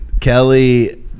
Kelly